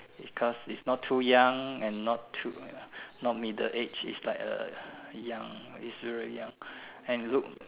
because it's not too young and not too not middle age it's like a young it's real young and look